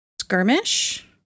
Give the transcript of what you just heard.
skirmish